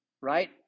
right